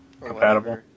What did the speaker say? Compatible